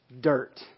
dirt